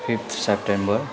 fifth September